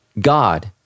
God